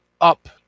up